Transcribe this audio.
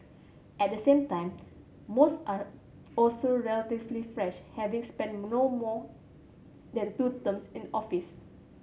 at the same time most are also relatively fresh having spent no more than two terms in office